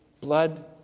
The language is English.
blood